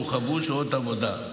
והורחבו שעות העבודה,